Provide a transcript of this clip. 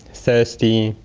thirsty,